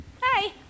Hi